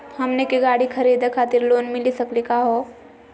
हमनी के गाड़ी खरीदै खातिर लोन मिली सकली का हो?